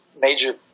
major